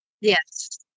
Yes